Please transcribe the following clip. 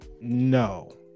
No